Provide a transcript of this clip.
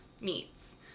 meats